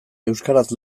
euskaraz